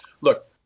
look